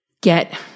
get